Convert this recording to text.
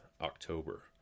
October